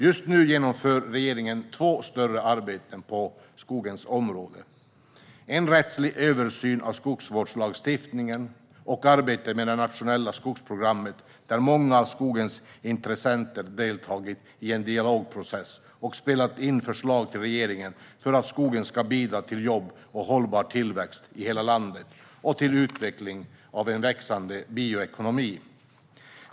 Just nu genomför regeringen två större arbeten på skogens område: en rättslig översyn av skogsvårdslagstiftningen och arbetet med det nationella skogsprogrammet. I detta har många av skogens intressenter deltagit i en dialogprocess och spelat in förslag till regeringen för att skogen ska bidra till jobb och hållbar tillväxt i hela landet och till utvecklingen av en växande bioekonomi.